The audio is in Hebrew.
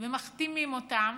ומחתימים אותם,